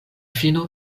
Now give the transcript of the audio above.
fino